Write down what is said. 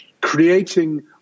creating